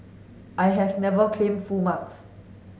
I have never claimed full marks